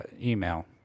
email